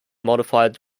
modified